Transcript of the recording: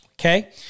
Okay